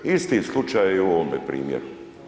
Isti slučaj je i u ovome primjeru.